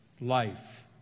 life